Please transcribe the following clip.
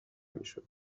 میشد